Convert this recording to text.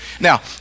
now